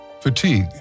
Fatigue